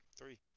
Three